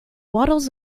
waddles